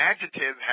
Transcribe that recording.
adjective